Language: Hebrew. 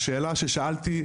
השאלה ששאלתי,